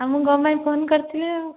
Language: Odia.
ଆଉ ମୁଁ କ'ଣ ପାଇଁ ଫୋନ କରିଥିଲି